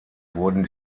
wurden